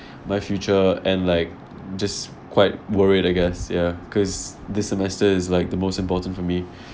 my future and like just quite worried I guess ya cause this semester is like the most important for me